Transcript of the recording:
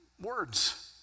words